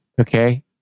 Okay